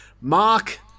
Mark